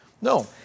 No